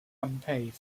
unpaved